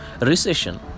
Recession